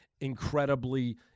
incredibly